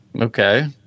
Okay